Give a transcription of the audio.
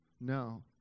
No